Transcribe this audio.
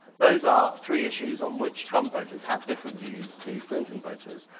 those are three issues on which trump voters have different views to clinton voters.